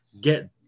get